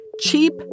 Cheap